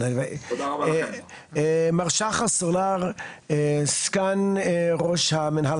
מר שחר סולר, סגן ראש מנהל